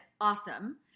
awesome